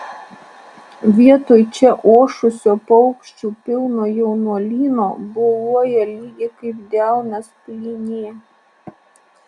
vietoj čia ošusio paukščių pilno jaunuolyno boluoja lygi kaip delnas plynė